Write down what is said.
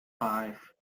five